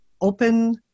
open